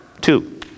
Two